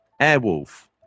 Airwolf